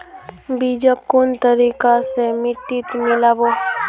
बीजक कुन तरिका स मिट्टीत मिला बो